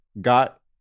got